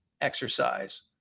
exercise